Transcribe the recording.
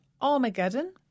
Armageddon